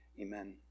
Amen